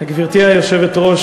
גברתי היושבת-ראש,